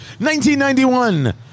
1991